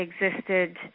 existed